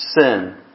sin